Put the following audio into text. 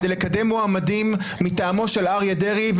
כדי לקדם מועמדים מטעמו של אריה דרעי,